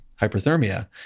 hyperthermia